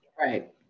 right